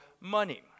money